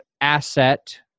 asset